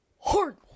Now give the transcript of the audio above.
hard